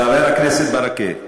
חבר הכנסת ברכה,